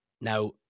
Now